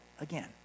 again